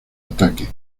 ataque